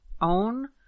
own